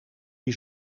die